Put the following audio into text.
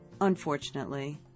unfortunately